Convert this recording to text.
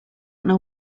know